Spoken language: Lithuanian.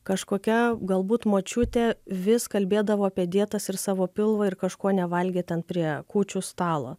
kažkokia galbūt močiutė vis kalbėdavo apie dietas ir savo pilvą ir kažko nevalgė tad prie kūčių stalo